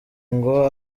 ngo